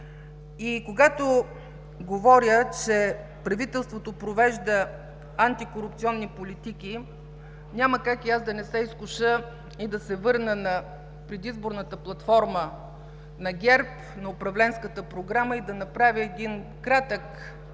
И когато говоря, че правителството провежда антикорупционни политики, няма как и аз да не се изкуша и да се върна на предизборната платформа на ГЕРБ, на управленската програма, и да направя един кратък